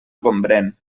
gombrèn